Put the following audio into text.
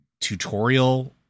tutorial